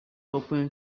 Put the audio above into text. open